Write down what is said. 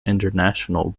international